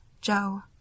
Joe